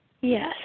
Yes